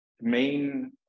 main